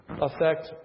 affect